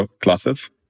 classes